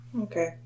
Okay